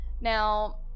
Now